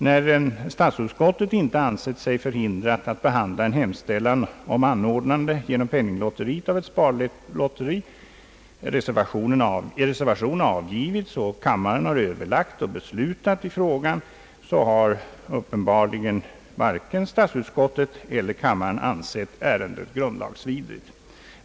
När statsutskottet inte ansett sig förhindrat att behandla en hemställan om att genom penninglotteriet anordna ett sparlotteri, när reservation avgivits samt kammaren öÖöverlagt och beslutat, har uppenbarligen varken statsutskottet eller kammaren ansett ärendet grundlagsvidrigt.